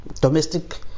domestic